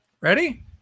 Ready